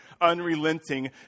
unrelenting